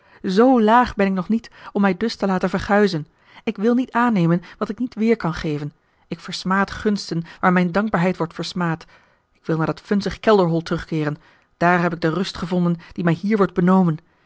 z laag ben ik nog niet om mij dus te laten verguizen ik wil niet aannemen wat ik niet weêr kan geven ik versmaad gunsten waar mijne dankbaarheid wordt versmaad ik wil naar dat vunzig kelderhol terugkeeren daar heb ik de ruste gevonden die mij hier wordt benomen